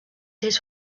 his